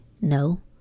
No